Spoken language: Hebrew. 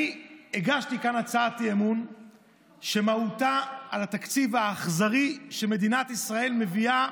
אני הגשתי כאן הצעת אי-אמון שמהותה התקציב האכזרי שמדינת ישראל מביאה,